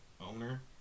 owner